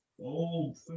old